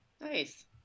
Nice